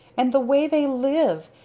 and the way they live!